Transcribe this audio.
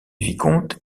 vicomte